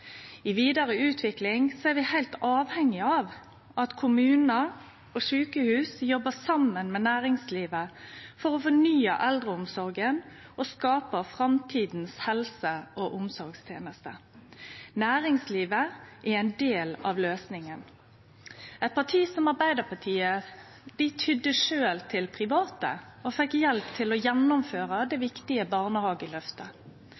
I vidare utvikling er vi heilt avhengige av at kommunar og sjukehus jobbar saman med næringslivet for å fornye eldreomsorga og skape helse- og omsorgstenestene for framtida. Næringslivet er ein del av løysinga. Arbeidarpartiet tydde sjølv til private og fekk hjelp til å gjennomføre det